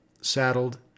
saddled